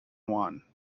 juan